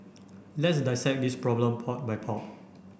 let's dissect this problem part by part